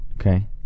Okay